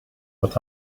but